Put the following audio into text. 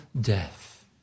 death